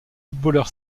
footballeur